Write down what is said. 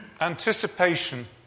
anticipation